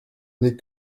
n’est